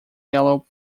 yellow